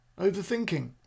overthinking